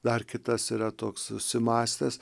dar kitas yra toks susimąstęs